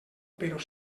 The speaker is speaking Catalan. però